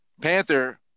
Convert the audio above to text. Panther